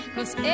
Cause